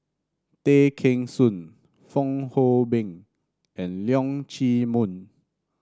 Tay Kheng Soon Fong Hoe Beng and Leong Chee Mun